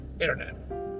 internet